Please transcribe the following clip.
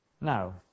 Now